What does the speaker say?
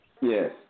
Yes